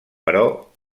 però